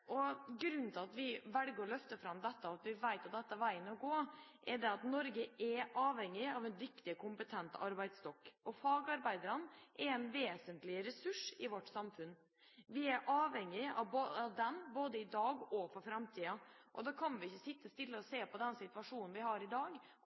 Grunnen til at vi velger å løfte fram dette og vet at dette er veien å gå, er at Norge er avhengig av en dyktig og kompetent arbeidsstokk, og fagarbeiderne er en vesentlig ressurs i vårt samfunn. Vi er avhengige av dem, både i dag og for framtiden. Da kan vi ikke sitte stille og